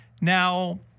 now